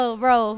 bro